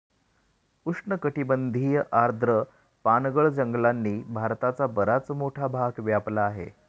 उष्णकटिबंधीय आर्द्र पानगळ जंगलांनी भारताचा बराच मोठा भाग व्यापला आहे